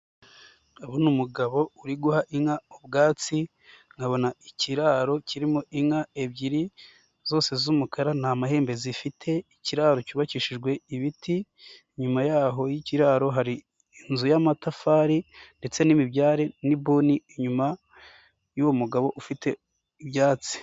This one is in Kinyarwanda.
Ndabona umugabo uri guha inka ubwatsi, nkabona ikiraro kirimo inka ebyiri zose z'umukara nta mahembe zifite ikiraro cyubakishijwe ibiti, nyuma yaho y'kiraro hari inzu y'amatafari ndetse n'imibyari n'ibuni inyuma y'uwo mugabo ufite ibyatsi.